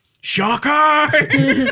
Shocker